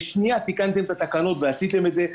בשנייה תיקנתם את התקנות ועשיתם את זה.